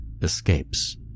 escapes